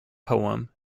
poem